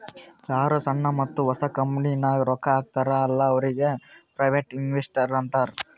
ಯಾರು ಸಣ್ಣು ಮತ್ತ ಹೊಸ ಕಂಪನಿಗ್ ರೊಕ್ಕಾ ಹಾಕ್ತಾರ ಅಲ್ಲಾ ಅವ್ರಿಗ ಪ್ರೈವೇಟ್ ಇನ್ವೆಸ್ಟರ್ ಅಂತಾರ್